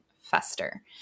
fester